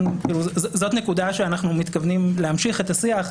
זאת נקודה שעליה אנחנו מתכוונים להמשיך את השיח,